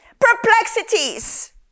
perplexities